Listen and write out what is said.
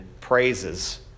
praises